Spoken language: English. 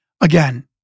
Again